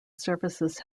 services